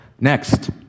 Next